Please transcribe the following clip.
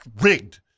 rigged